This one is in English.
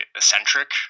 eccentric